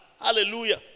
Hallelujah